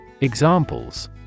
Examples